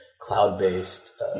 cloud-based